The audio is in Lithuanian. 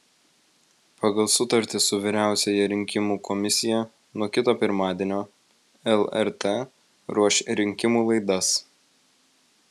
pagal sutartį su vyriausiąja rinkimų komisija nuo kito pirmadienio lrt ruoš rinkimų laidas